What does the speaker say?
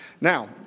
Now